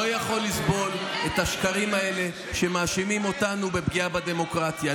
לא יכול לסבול את השקרים האלה שמאשימים אותנו בפגיעה בדמוקרטיה.